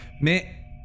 Mais